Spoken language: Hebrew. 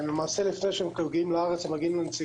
מגיעים לנציגות לפני שהם מגיעים לארץ.